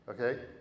okay